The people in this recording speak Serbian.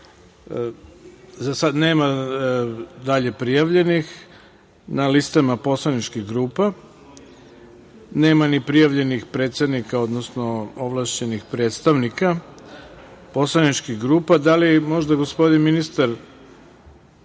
sada nema dalje prijavljenih na listama poslaničkih grupa. Nema ni prijavljenih predsednika, odnosno ovlašćenih predstavnika poslanika. Da li možda gospodin ministar